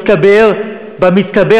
זה, אחד.